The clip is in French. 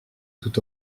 tout